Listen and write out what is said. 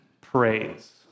praise